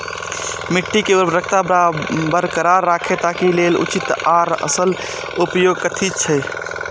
मिट्टी के उर्वरकता बरकरार रहे ताहि लेल उचित आर सरल उपाय कथी छे?